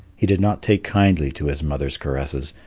he did not take kindly to his mother's caresses,